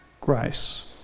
grace